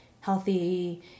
healthy